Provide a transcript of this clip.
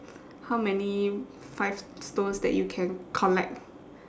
how many five stones that you can collect